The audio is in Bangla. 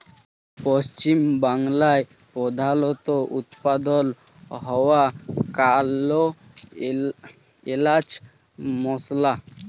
পশ্চিম বাংলায় প্রধালত উৎপাদল হ্য়ওয়া কাল এলাচ মসলা